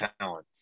talent